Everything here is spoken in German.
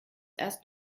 erst